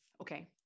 okay